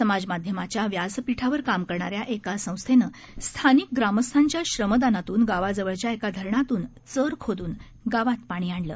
समाजमाध्यमाच्याव्यासपीठावरकामकरणाऱ्याएकासंस्थेनंस्थानिकग्रामस्थांच्याश्रमदानातून गावाजवळच्याएकाधरणातूनचरखोदूनगावातपाणीआणलं